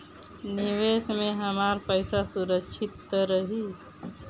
निवेश में हमार पईसा सुरक्षित त रही?